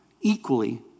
equally